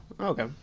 Okay